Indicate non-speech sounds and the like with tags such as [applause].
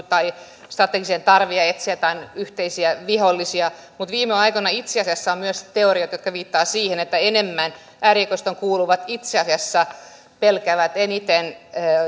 [unintelligible] tai strategiseen tarpeeseen etsiä joitain yhteisiä vihollisia mutta viime aikoina on ollut myös teorioita jotka viittaavat siihen että äärioikeistoon kuuluvat itse asiassa pelkäävät eniten